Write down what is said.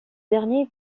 dernier